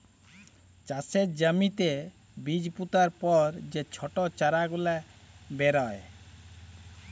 চাষের জ্যমিতে বীজ পুতার পর যে ছট চারা গুলা বেরয়